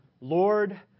Lord